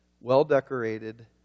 well-decorated